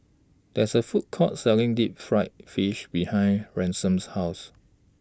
There IS A Food Court Selling Deep Fried Fish behind Ransom's House